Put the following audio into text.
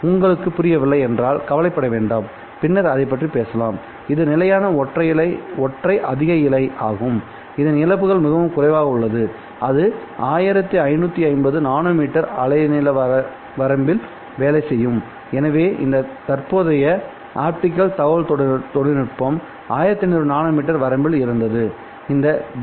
உங்களுக்குப் புரியவில்லை என்றால் கவலைப்பட வேண்டாம் பின்னர் அதைப் பற்றி பேசுங்கள் இது நிலையான ஒற்றை அதிக இழை ஆகும் அதன் இழப்புகள் மிகவும் குறைவாக உள்ளன இது 1550 நானோமீட்டரின் அலைநீள வரம்பில் வேலை செய்யும் எனவே இந்த தற்போதைய ஆப்டிகல் தொடர்பு தொழில்நுட்பம் 1550 நானோமீட்டர் வரம்பில் இருந்தது இந்த ஜி